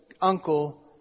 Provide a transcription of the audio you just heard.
uncle